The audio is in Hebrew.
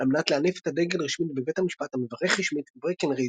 על מנת להניף את הדגל רשמית בבית המשפט המברך רשמית את ברקנרידג'